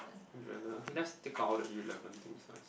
okay let's take out all the irrelevant things first